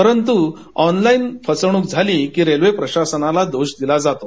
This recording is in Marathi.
परतू ऑनलाईन फसवणूक झाली की रेल्वे प्रशासनाला दोष दिला जातो